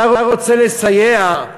אתה רוצה לסייע,